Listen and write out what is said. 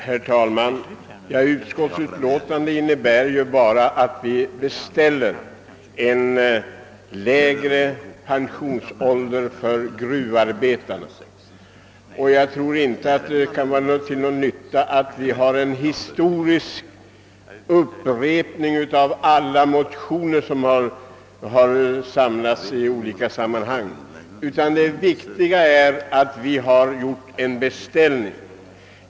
Herr talman! Utskottets utlåtande innebär ju bara att vi beställer en lägre pensionsålder för gruvarbetarna. Jag tror inte det kan vara till någon nytta att vi gör en historisk tillbakablick på alla motioner i ämnet som har samlats i olika sammanhang, utan det väsentliga är att vi har gjort en beställning.